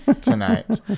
tonight